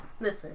listen